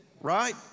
right